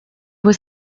was